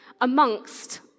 amongst